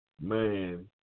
man